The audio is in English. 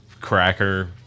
cracker